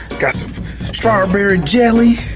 got some strawberry jelly!